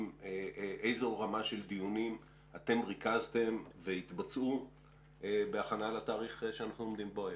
איזו רמה של דיונים ריכזתם והתבצעו בהכנה לתאריך שאנחנו עומדים בו היום?